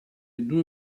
due